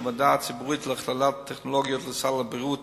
שהוועדה הציבורית להכללת טכנולוגיות לסל הבריאות